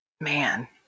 Man